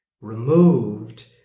removed